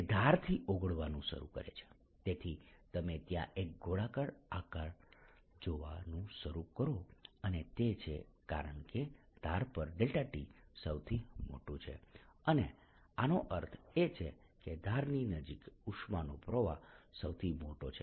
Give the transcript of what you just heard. તે ધારથી ઓગળવાનું શરૂ કરે છે જેથી તમે ત્યાં એક ગોળાકાર આકાર જોવાનું શરૂ કરો અને તે છે કારણ કે ધાર પર t સૌથી મોટું છે અને આનો અર્થ એ છે કે ધારની નજીક ઉષ્માનો પ્રવાહ સૌથી મોટો છે